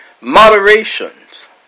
moderations